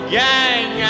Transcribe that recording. gang